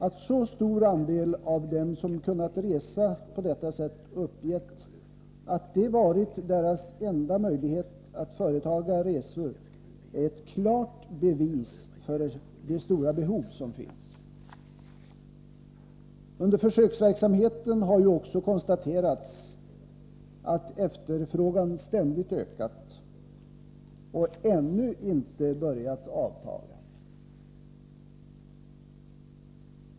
Att så stor andel av dem som kunnat resa på detta sätt uppgett att det varit deras enda möjlighet att företaga resor är ett klart bevis för det stora behov som finns. Under försöksverksamheten har ju också konstaterats att efterfrågan ständigt ökat och ännu inte börjat avtaga.